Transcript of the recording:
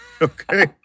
Okay